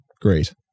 Great